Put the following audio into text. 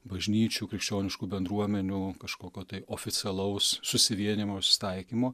bažnyčių krikščioniškų bendruomenių kažkokio tai oficialaus susivienijimo susitaikymo